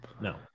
No